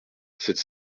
sept